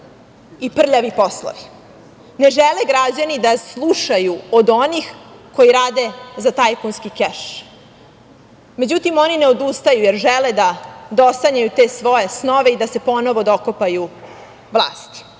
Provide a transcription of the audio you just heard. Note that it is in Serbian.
i prljavi poslovi. Ne žele građani da slušaju od onih koji rade za tajkunski keš. Međutim, oni ne odustaju jer žele da dosanjaju te svoje snove i da se ponovo dokopaju vlasti. Da